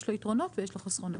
יש לו יתרונות ויש לו חסרונות.